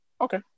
Okay